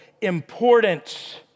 importance